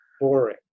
boring